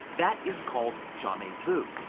that is called jamais vu,